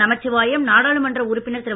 நமசிவாயம் நாடாளுமன்ற உறுப்பினர் திரு